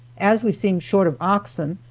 as we seemed short of oxen,